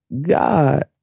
God